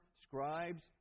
scribes